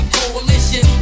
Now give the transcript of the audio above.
coalition